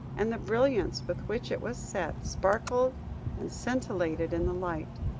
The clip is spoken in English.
and the brilliants with which it was set, sparkled and scintillated in the light.